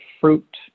fruit